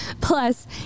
Plus